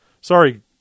Sorry